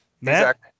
Matt